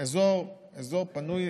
אזור פנוי,